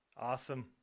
Awesome